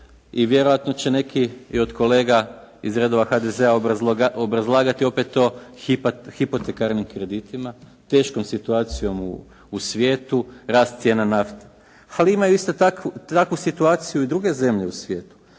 i vjerojatno će neki i od kolega iz redova HDZ-a obrazlagati opet to hipotekarnim kreditima, teškom situacijom u svijetu, rast cijena nafte. Ali imaju istu takvu situaciju i druge zemlje u svijetu,